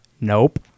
Nope